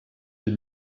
hier